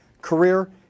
career